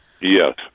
Yes